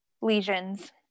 lesions